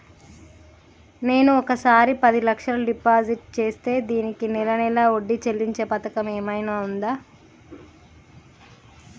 నేను ఒకేసారి పది లక్షలు డిపాజిట్ చేస్తా దీనికి నెల నెల వడ్డీ చెల్లించే పథకం ఏమైనుందా?